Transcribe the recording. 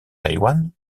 taïwan